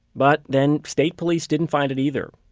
but then, state police didn't find it either.